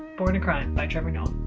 born a crime by trevor noah.